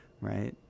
right